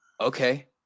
okay